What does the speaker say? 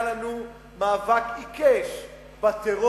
היה לנו מאבק עיקש בטרור,